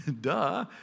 Duh